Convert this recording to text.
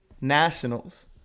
Nationals